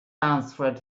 answered